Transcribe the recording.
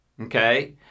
Okay